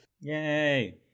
Yay